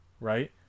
right